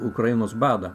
ukrainos badą